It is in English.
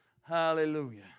Hallelujah